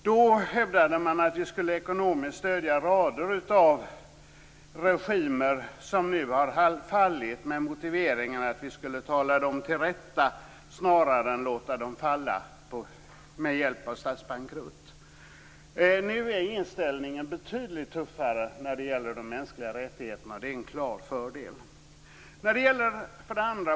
Då hävdade man att vi ekonomiskt skulle stödja rader av regimer som nu har fallit med motiveringen att vi skulle tala dem till rätta snarare än att låta dem falla med hjälp av statsbankrutt. Nu är inställningen betydligt tuffare när det gäller de mänskliga rättigheterna, och det är en klar fördel.